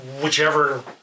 whichever